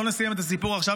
לא נסיים את הסיפור עכשיו,